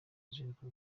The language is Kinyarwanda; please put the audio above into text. ruzinduko